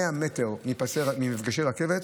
100 מטר ממפגשי רכבת,